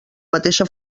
mateixa